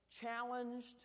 challenged